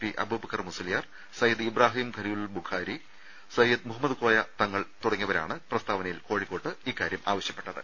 P Abubakar Musliyar Sayyid Ibrahim Khalilul Bukhari Sayyid Muhammad Koya Thangal തുടങ്ങിയവരാണ് പ്രസ്താവനയിൽ കോഴിക്കോട്ട് ഇക്കാര്യം ആവശ്യപ്പെട്ടത്